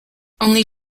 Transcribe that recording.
only